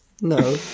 no